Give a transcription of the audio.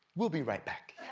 we'll be right back.